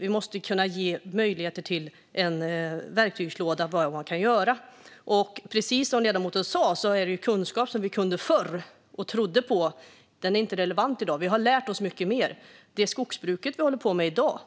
Vi måste kunna ge möjligheter till en verktygslåda för vad man kan göra. Precis som ledamoten säger finns det kunskap vi trodde på förr som inte är relevant i dag. Vi har lärt oss mycket mer. Det skogsbruk vi håller på med i dag